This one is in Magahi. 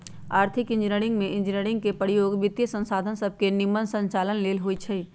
आर्थिक इंजीनियरिंग में इंजीनियरिंग के प्रयोग वित्तीयसंसाधन सभके के निम्मन संचालन लेल होइ छै